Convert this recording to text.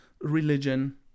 religion